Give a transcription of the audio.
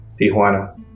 Tijuana